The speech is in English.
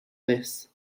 this